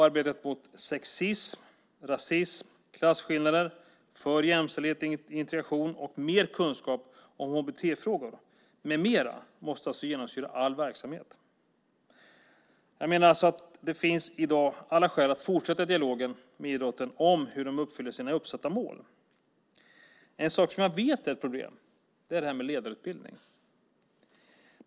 Arbetet mot sexism, rasism, klasskillnader och för jämställdhet, integration och för mer kunskaper om HBT-frågor med mera måste genomsyra all verksamhet. Det finns i dag alla skäl att fortsätta dialogen med idrotten om hur man uppfyller sina uppsatta mål. En sak som jag vet är ett problem är detta med ledarutbildning.